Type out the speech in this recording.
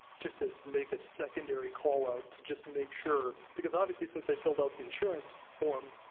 just to make a secondary call out to just make sure. because obviously, since they filled out the insurance form,